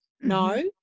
No